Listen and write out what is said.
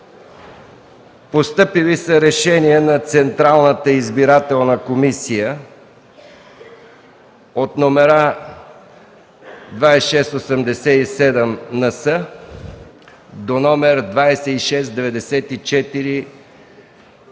постъпили са решения на Централната избирателна комисия от № 2687 НС до № 2694 НС